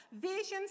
Visions